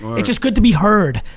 it's just good to be heard,